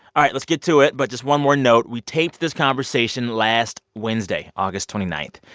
all right, let's get to it, but just one more note we taped this conversation last wednesday, august twenty nine.